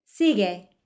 Sigue